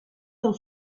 del